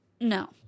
No